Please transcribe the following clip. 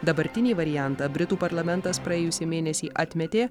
dabartinį variantą britų parlamentas praėjusį mėnesį atmetė